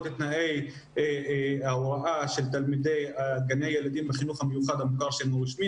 את תנאי ההוראה של תלמידי גני הילדים בחינוך המיוחד המוכר שאינו רשמי.